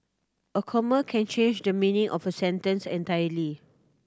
a comma can change the meaning of a sentence entirely